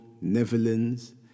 Netherlands